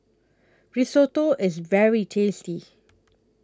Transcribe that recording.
Risotto IS very tasty